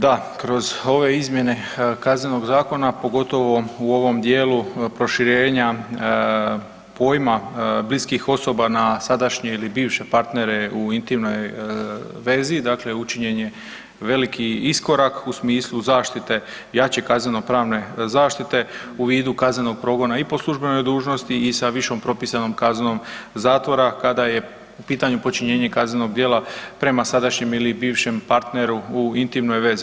Da, kroz ove izmjene KZ-a pogotovo u ovom dijelu proširenju pojma bliskih osoba na sadašnje ili bivše partnere u intimnoj vezi učinjen je veliki iskorak u smislu zaštite jače kaznenopravne zaštite u vidu kaznenog progona i po službenoj dužnosti i sa višom propisanom kaznom zatvora kada je u pitanju počinjenje kaznenog djela prema sadašnjem ili bivšem partneru u intimnoj vezi.